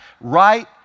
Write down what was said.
right